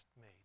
made